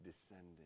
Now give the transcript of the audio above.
descending